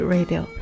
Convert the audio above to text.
Radio